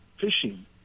fishing